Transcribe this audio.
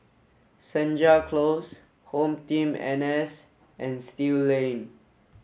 Senja Close HomeTeam N S and Still Lane